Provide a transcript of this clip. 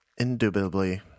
Indubitably